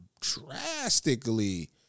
drastically